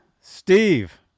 Steve